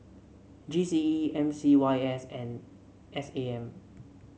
G C E M C Y S and S A M